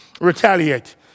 Retaliate